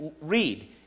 read